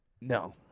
No